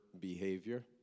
behavior